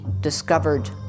discovered